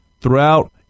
throughout